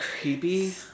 creepy